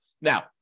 Now